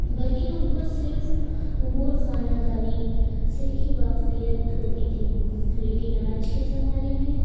بلکہ ان کو صرف امور خانہ داری سے ہی واقفیت ہوتی تھی لیکن آج کے زمانے میں